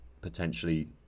potentially